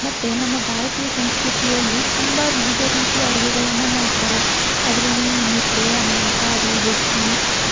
ಮತ್ತು ನಮ್ಮ ಭಾರತೀಯ ಸಂಸ್ಕೃತಿಯಲ್ಲಿ ತುಂಬ ವಿವಿಧ ರೀತಿಯ ಅಡುಗೆಗಳನ್ನು ಮಾಡ್ತಾರೆ ಅದರಲ್ಲೀ ಮುದ್ದೆ ಅನ್ನ ಸಾರು ರೊಟ್ಟಿ